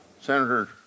Senator